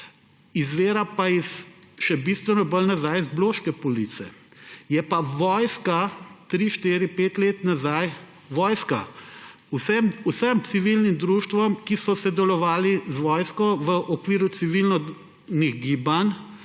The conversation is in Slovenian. izvira pa iz še bistveno bolj nazaj in je iz Bloške Police. Vojska je tri, štiri, pet let nazaj vsem civilnim društvom, ki so sodelovala z vojsko v okviru civilnih gibanj,